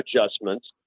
adjustments